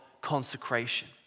consecration